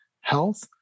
health